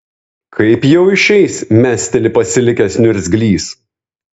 kaip jau išeis mesteli pasilikęs niurgzlys